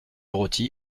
roty